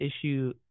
issue